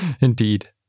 Indeed